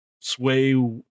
sway